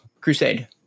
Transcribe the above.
crusade